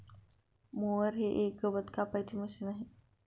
mower हे एक गवत कापायचे मशीन आहे